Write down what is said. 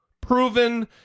proven